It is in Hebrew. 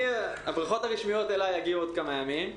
הברכות הרשמיות אליי יגיעו בעוד כמה ימים.